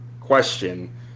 question